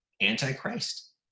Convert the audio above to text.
antichrist